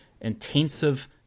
intensive